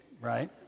right